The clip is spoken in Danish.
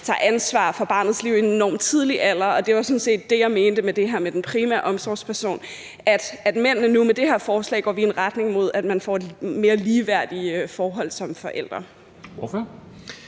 tager ansvar for barnets liv i en enormt tidlig alder, og det var sådan set det, jeg mente med det her med den primære omsorgsperson: at mændene nu med det her forslag går i en retning mod, at de får mere ligeværdige forhold som forældre.